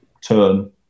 turn